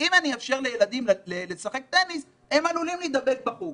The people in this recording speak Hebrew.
הם עלולים להידבק בחוג